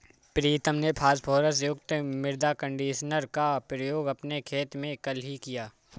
प्रीतम ने फास्फोरस युक्त मृदा कंडीशनर का प्रयोग अपने खेत में कल ही किया